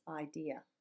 idea